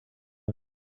out